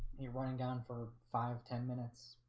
you're running down for five ten minutes,